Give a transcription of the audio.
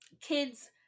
Kids